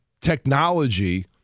technology